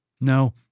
No